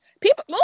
People